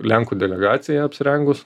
lenkų delegacija apsirengus